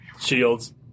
shield's